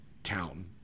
town